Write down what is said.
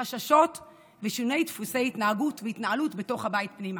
חששות ושינוי דפוסי התנהגות והתנהלות בתוך הבית פנימה.